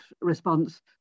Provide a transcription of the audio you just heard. response